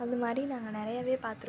அதுமாதிரி நாங்கள் நிறையவே பார்த்துருக்கோம்